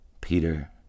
Peter